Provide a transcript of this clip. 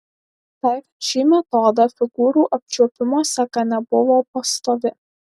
taikant šį metodą figūrų apčiuopimo seka nebuvo pastovi